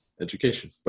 education